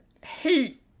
Hate